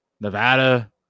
Nevada